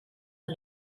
the